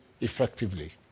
effectively